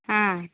ହଁ